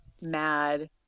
mad